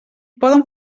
poden